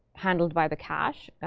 handled by the cache.